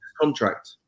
contract